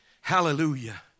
Hallelujah